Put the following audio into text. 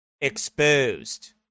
exposed